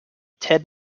ted